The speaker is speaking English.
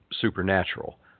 supernatural